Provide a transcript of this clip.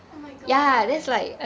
oh my god